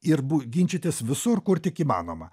ir bū ginčytis visur kur tik įmanoma